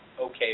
okay